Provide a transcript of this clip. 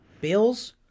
Bills